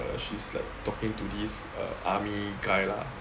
err she's like talking to this army guy lah